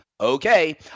okay